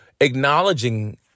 acknowledging